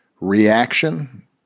reaction